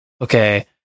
Okay